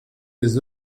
les